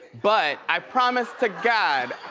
but i promise to god,